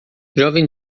jovem